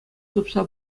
тупса